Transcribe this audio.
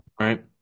Right